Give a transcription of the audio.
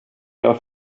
jag